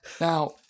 now